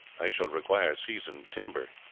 i shall require seasoned timber,